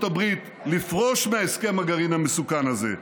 הברית לפרוש מהסכם הגרעין המסוכן הזה,